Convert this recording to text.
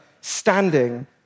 standing